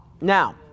Now